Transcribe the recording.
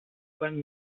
beim